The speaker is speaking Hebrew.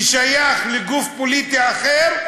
ששייך לגוף פוליטי אחר,